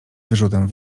wyrzutem